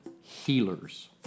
healers